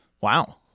Wow